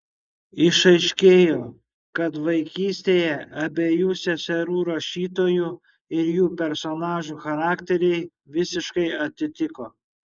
išaiškėjo kad vaikystėje abiejų seserų rašytojų ir jų personažų charakteriai visiškai atitiko